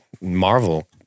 Marvel